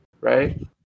right